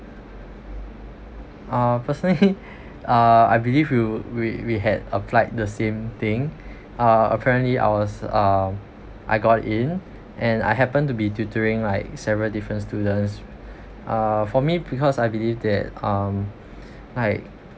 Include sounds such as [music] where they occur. uh personally [laughs] uh I believe you we we had applied the same thing uh apparently I was um I got in and I happen to be tutoring like several different students uh for me because I believe that um like